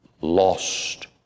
lost